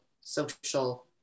social